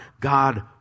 God